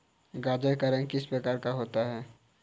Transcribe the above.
गाजर का रंग किस प्रकार का होता है?